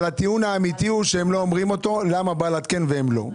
אבל הטיעון האמיתי הוא שהם לא אומרים אותו הוא למה בל"ד כן והם לא.